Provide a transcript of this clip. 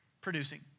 producing